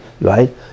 right